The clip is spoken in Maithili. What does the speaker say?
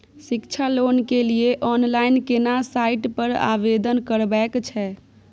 शिक्षा लोन के लिए ऑनलाइन केना साइट पर आवेदन करबैक छै?